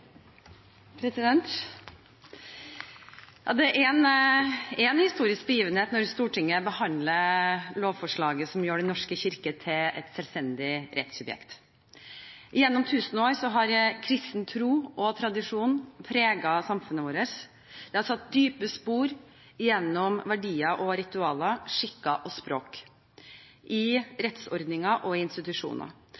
en historisk begivenhet når Stortinget behandler lovforslaget som gjør Den norske kirke til et selvstendig rettssubjekt. Gjennom tusen år har kristen tro og tradisjon preget samfunnet vårt. Det har satt dype spor gjennom verdier og ritualer, skikker og språk, i